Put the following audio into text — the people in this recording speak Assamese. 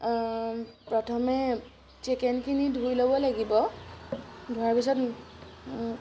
প্ৰথমে চিকেনখিনি ধুই ল'ব লাগিব ধোৱাৰ পিছত